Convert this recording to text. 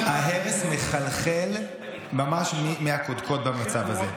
ההרס מחלחל ממש מהקודקוד במצב הזה.